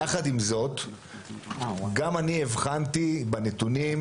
יחד עם זאת גם אני הבחנתי בנתונים,